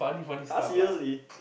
!huh! seriously